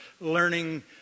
learning